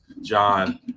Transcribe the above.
John